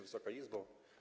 Wysoka Izbo!